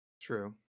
true